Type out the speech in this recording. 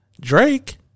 Drake